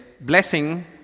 blessing